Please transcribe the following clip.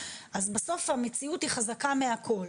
אז בסוף המציאות היא חזקה מהכול.